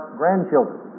grandchildren